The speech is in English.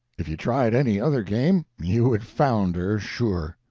if you tried any other game, you would founder, sure.